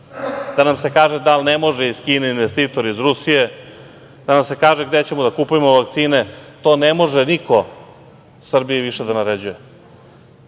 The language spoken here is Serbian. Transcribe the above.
da nam se kaže da li ne može iz Kine investitor, iz Rusije, da nam se kaže gde ćemo da kupujemo vakcine. To ne može niko Srbiji više da naređuje. Srbija